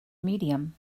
medium